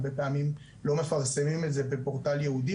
הרבה פעמים לא מפרסמים את זה בפורטל ייעודי,